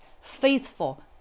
faithful